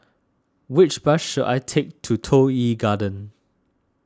which bus should I take to Toh Yi Garden